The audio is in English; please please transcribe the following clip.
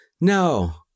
No